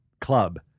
club